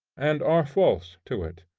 and are false to it.